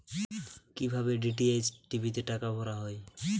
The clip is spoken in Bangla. কি ভাবে ডি.টি.এইচ টি.ভি তে টাকা ভরা হয়?